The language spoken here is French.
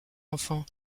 enfants